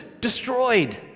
destroyed